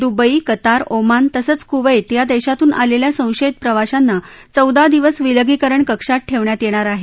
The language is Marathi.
दुबई कतार ओमान तसंच क्वैत या देशातून आलेल्या संशयित प्रवाशांना चौदा दिवस विलगीकरण कक्षात ठेवण्यात येणार आहे